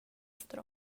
efter